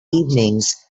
evenings